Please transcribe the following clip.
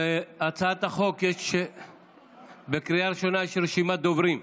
להצעת החוק בקריאה ראשונה יש רשימת דוברים.